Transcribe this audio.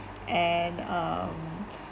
and um